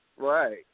Right